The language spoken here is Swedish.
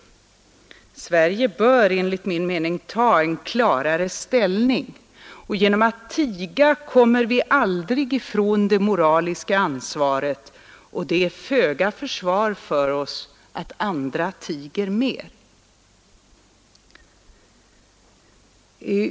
Sverige bör enligt min mening inta en klarare ställning. Genom att tiga kommer vi aldrig ifrån det moraliska ansvaret, och det är föga försvar för oss att andra också tiger.